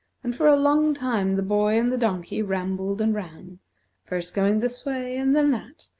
and for a long time the boy and the donkey rambled and ran first going this way and then that,